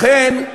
לכן,